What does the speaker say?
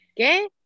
okay